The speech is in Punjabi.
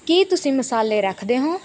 ਕਿ ਤੁਸੀਂ ਮਸਾਲੇ ਰੱਖਦੇ ਹੋ